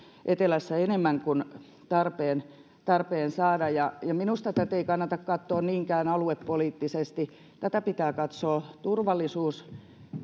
etelässä enemmän kuin tarpeen tarpeen saada minusta tätä ei kannata katsoa niinkään aluepoliittisesti tätä pitää katsoa turvallisuus